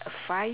five